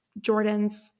Jordans